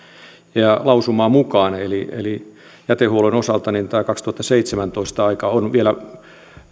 ja lausumaa mukaan eli eli jätehuollon osalta vuoden kaksituhattaseitsemäntoista ajan tämä on vielä